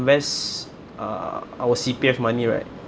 invest uh our C_P_F money right